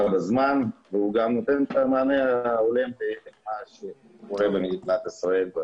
בזמן והוא גם נותן את המענה ההולם במדינת ישראל.